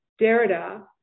Derrida